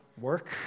work